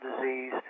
disease